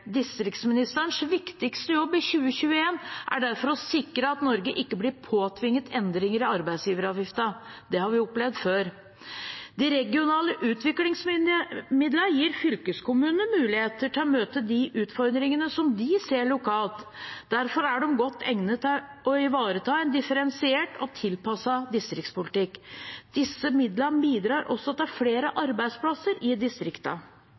Distriktsministerens viktigste jobb i 2021 er derfor å sikre at Norge ikke blir påtvunget endringer i arbeidsgiveravgiften. Det har vi opplevd før. De regionale utviklingsmidlene gir fylkeskommunene mulighet til å møte de utfordringene de ser lokalt. Derfor er de godt egnet til å ivareta en differensiert og tilpasset distriktspolitikk. Disse midlene bidrar også til flere arbeidsplasser i